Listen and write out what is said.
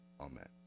Amen